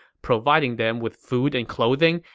providing them with food and clothing,